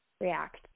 react